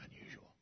unusual